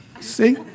see